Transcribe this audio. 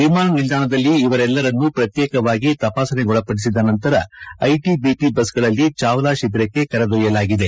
ವಿಮಾನ ನಿಲ್ದಾಣದಲ್ಲಿ ಇವರೆಲ್ಲರನ್ನು ಪ್ರತ್ತೇಕವಾಗಿ ತಪಾಸಣೆಗೊಳಪಡಿಸಿದ ನಂತರ ಐಟಬಿಪಿ ಬಸ್ಗಳಲ್ಲಿ ಚಾವ್ಲಾ ಶಿಬಿರಕ್ಕೆ ಕರೆದೊಯ್ಯಲಾಗಿದೆ